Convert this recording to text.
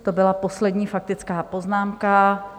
To byla poslední faktická poznámka.